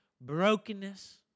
brokenness